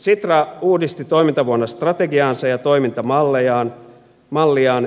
sitra uudisti toimintavuonna strategiaansa ja toimintamalliaan